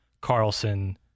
Carlson